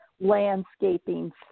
landscaping